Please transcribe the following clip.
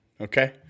okay